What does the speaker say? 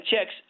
checks